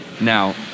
Now